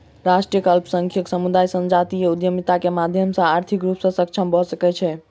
राष्ट्रक अल्पसंख्यक समुदाय संजातीय उद्यमिता के माध्यम सॅ आर्थिक रूप सॅ सक्षम भ सकै छै